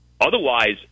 Otherwise